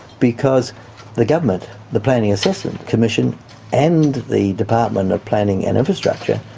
because the government, the planning assessment commission and the department of planning and infrastructure,